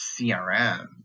CRM